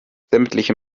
sämtliche